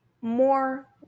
more